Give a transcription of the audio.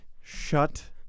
Shut